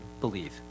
believe